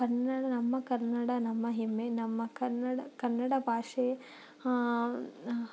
ಕನ್ನಡ ನಮ್ಮ ಕನ್ನಡ ನಮ್ಮ ಹೆಮ್ಮೆ ನಮ್ಮ ಕನ್ನಡ ಕನ್ನಡ ಭಾಷೆ